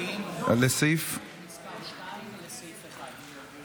אנחנו עוברים להצבעה על סעיף 1,